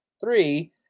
Three